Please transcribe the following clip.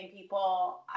people